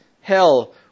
hell